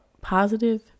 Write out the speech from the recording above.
positive